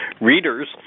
Readers